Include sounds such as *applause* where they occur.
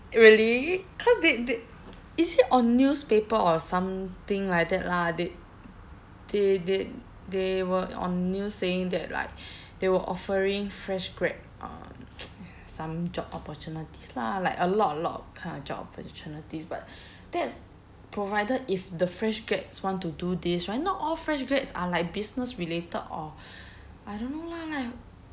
really cause they they is it on newspaper or something like that lah they they they they were on news saying that like they were offering fresh grad uh *noise* some job opportunities lah like a lot a lot of kind of job opportunities but that's provided if the fresh grads want to do this right not all fresh grads are like business related or I don't know lah like